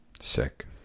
Sick